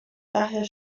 daher